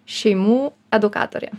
šeimų edukatorė